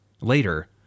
Later